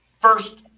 First